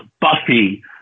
Buffy